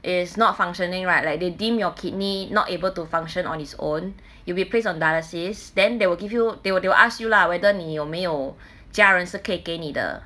is not functioning right like they deem your kidney not able to function on its own you'll be placed on dialysis then they will give you they will they will ask you lah whether 你有没有家人是可以给你的